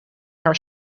haar